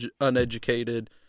uneducated